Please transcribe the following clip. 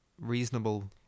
reasonable